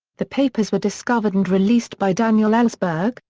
the papers were discovered and released by daniel ellsberg,